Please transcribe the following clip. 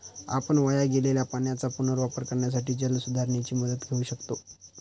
आपण वाया गेलेल्या पाण्याचा पुनर्वापर करण्यासाठी जलसुधारणेची मदत घेऊ शकतो